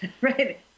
right